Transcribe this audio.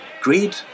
Greed